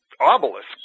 obelisk